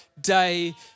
day